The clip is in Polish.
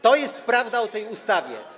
To jest prawda o tej ustawie.